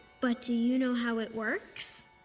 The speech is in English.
but do you know how it works?